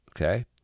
Okay